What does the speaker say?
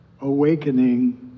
awakening